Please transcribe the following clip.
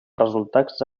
resultats